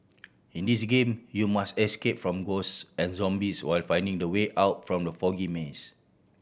in this game you must escape from ghosts and zombies while finding the way out from the foggy maze